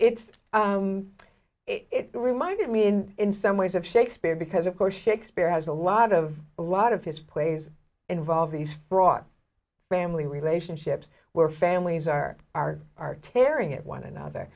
it it reminded me in in some ways of shakespeare because of course shakespeare has a lot of a lot of his plays involved he's brought family relationships where families are are are tearing at one another